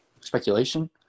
Speculation